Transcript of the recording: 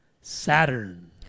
Saturn